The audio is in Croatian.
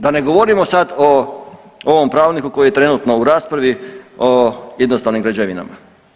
Da ne govorimo sad o ovom pravilniku koji je trenutno u raspravi o jednostavnim građevinama.